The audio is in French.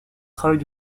travail